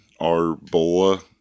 Arbola